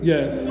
Yes